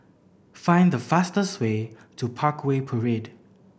find the fastest way to Parkway Parade